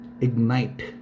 Ignite